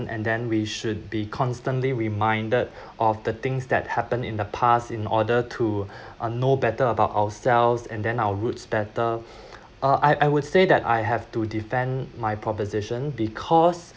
and then we should be constantly reminded of the things that happened in the past in order to know better about ourselves and then our roots better uh I I would say that I have to defend my proposition because